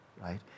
Right